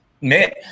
Man